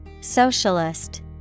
Socialist